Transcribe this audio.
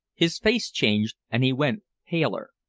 his face changed and he went paler.